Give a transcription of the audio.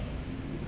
ya then 四个比较容易找可是